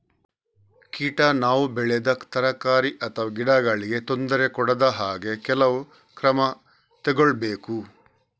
ಕೀಟ ನಾವು ಬೆಳೆದ ತರಕಾರಿ ಅಥವಾ ಗಿಡಗಳಿಗೆ ತೊಂದರೆ ಕೊಡದ ಹಾಗೆ ಕೆಲವು ಕ್ರಮ ತಗೊಳ್ಬೇಕು